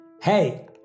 Hey